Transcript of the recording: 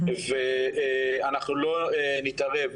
אנחנו לא נתערב,